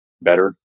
better